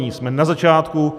Jsme na začátku.